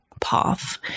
path